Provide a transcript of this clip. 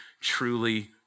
truly